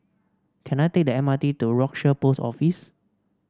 can I take the M R T to Rochor Post Office